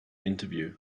interview